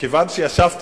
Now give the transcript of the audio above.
תקציב,